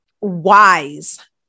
wise